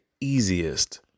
easiest